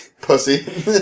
Pussy